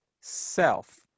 self